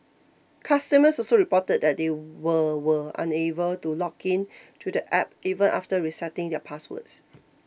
customers also reported that they were were unable to log in to the app even after resetting their passwords